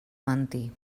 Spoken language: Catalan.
mentir